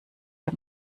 dem